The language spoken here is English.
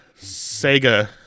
Sega